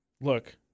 look